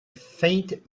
faint